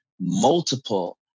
multiple